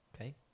Okay